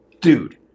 dude